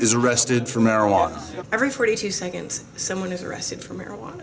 is arrested for marijuana every forty two seconds someone is arrested for marijuana